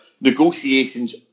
negotiations